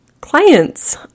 clients